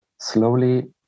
slowly